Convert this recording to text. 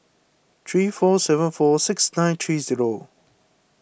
three four seven four six nine three zero